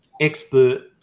expert